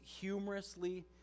humorously